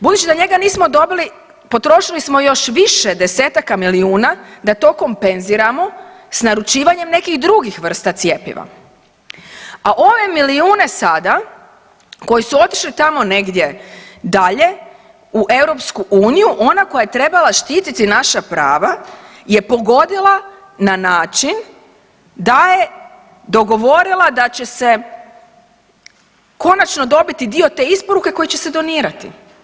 Budući da njega nismo dobili potrošili smo još više desetaka milijuna da to kompenziramo sa naručivanjem nekih drugih vrsta cjepiva, a ove milijune sada koji su otišli tamo negdje dalje u EU ona koja je trebala štititi naša prava je pogodila na način da je dogovorila da će se konačno dobiti dio te isporuke koji će se donirati.